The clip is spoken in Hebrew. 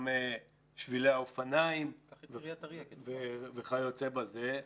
גם שבילי האופניים וכיוצא בזה.